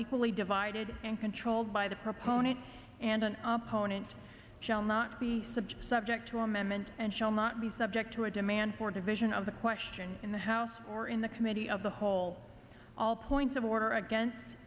equally divided and controlled by the proponent and an opponent shall not be subject subject to amendment and shall not be subject to a demand for division of the question in the house or in the committee of the hall all points of order against